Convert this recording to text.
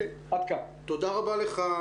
תודה רבה לך,